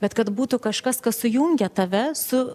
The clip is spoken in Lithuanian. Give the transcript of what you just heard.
bet kad būtų kažkas kas sujungia tave su